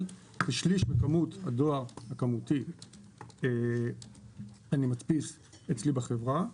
ושליש מכמות הדואר הכמותי אני מדפיס אצלי בחברה.